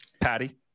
Patty